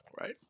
right